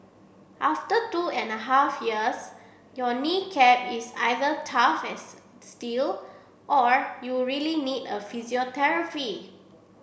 after two and a half years your knee cap is either tough steel or you really need physiotherapy